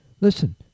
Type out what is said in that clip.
Listen